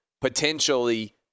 potentially